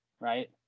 right